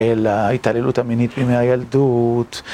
אל ההתעללות המינית מימי הילדות